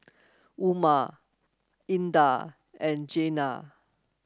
Umar Indah and Jenab